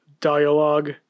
dialogue